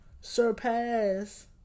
surpass